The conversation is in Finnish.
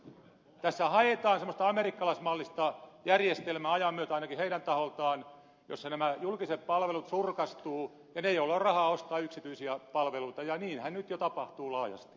tässä haetaan semmoista amerikkalaismallista järjestelmää ajan myötä ainakin heidän taholtaan jossa nämä julkiset palvelut surkastuvat ja ne joilla on rahaa ostavat yksityisiä palveluita ja niinhän nyt jo tapahtuu laajasti